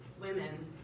women